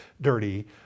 dirty